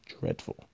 dreadful